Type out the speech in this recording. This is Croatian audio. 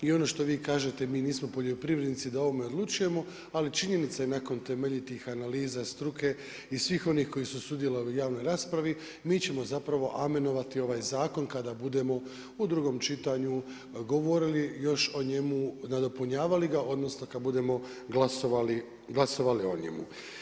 I ono što vi kažete mi nismo poljoprivrednici da o ovome odlučujemo ali činjenica je nakon temeljitih analiza struke i svih onih koji su sudjelovali u javnoj raspravi mi ćemo zapravo amenovati ovaj zakon kada budemo u drugom čitanju govorili još o njemu, nadopunjavali ga, odnosno kada budemo glasovali o njemu.